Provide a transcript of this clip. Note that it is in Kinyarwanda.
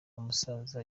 umusaza